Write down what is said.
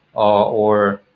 or